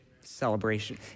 Celebration